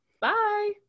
Bye